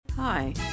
Hi